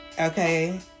Okay